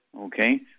okay